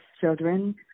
children